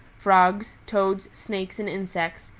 frogs, toads, snakes and insects,